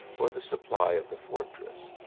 for the supply of the fortress.